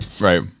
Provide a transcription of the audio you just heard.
right